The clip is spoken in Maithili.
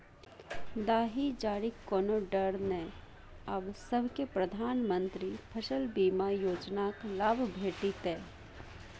दाही जारीक कोनो डर नै आब सभकै प्रधानमंत्री फसल बीमा योजनाक लाभ भेटितै